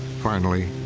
finally,